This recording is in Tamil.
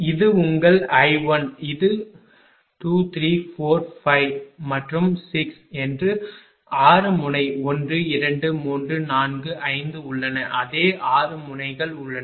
இது உங்கள் 1 இது 2 3 4 5 மற்றும் 6 என்று 6 முனை 1 2 3 4 5 உள்ளன அதே 6 முனைகள் உள்ளன